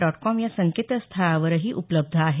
dot com या संकेतस्थळावरही उपलब्ध आहे